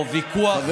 או ויכוח, איזה דעות?